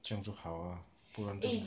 这就好 ah 不然就